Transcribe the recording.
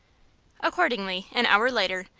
accordingly, an hour later,